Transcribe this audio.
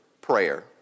prayer